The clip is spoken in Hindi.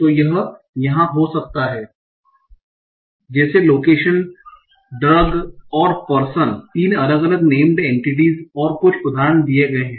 तो यह यहां हो सकता है जैसे लोकेशन ड्रग और पर्सन 3 अलग अलग नेम्ड एंटीटीस और कुछ उदाहरण दिए गए हैं